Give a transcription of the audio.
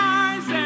eyes